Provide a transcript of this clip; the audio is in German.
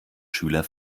schüler